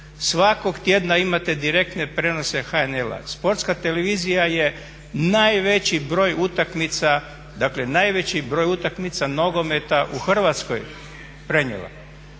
Svakog tjedna imate direktne prijenose HNL-a. Sportska televizija je najveći broj utakmica, dakle najveći broj utakmica nogometa u Hrvatskoj prenijela.